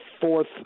fourth